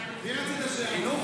מי רצית שיענה לך?